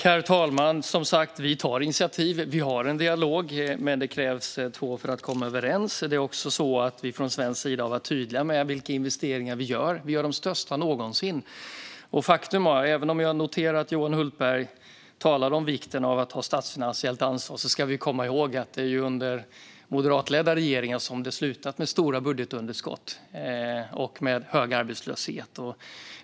Herr talman! Vi tar som sagt initiativ. Vi har en dialog, men det krävs två för att komma överens. Det är också så att vi från svensk sida var tydliga med att vi nu gör de största investeringarna någonsin. Även om jag noterar att Johan Hultberg talade om vikten av att ta statsfinansiellt ansvar ska vi komma ihåg att det ju är under moderatledda regeringen som det har slutat med stora budgetunderskott och med hög arbetslöshet.